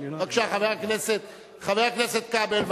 בבקשה, חבר הכנסת כבל.